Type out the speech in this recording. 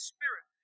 Spirit